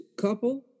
couple